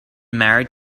married